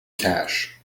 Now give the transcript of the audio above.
cash